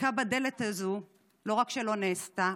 והדפיקה בדלת הזו לא רק שלא נעשתה,